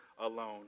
alone